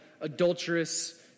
adulterous